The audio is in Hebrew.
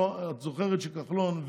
את זוכרת שכחלון,